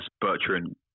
Bertrand